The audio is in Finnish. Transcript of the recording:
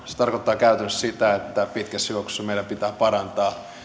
se tarkoittaa käytännössä sitä että pitkässä juoksussa meidän pitää parantaa